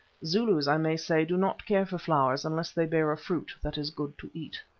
zulus, i may say, do not care for flowers unless they bear a fruit that is good to eat.